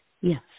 yes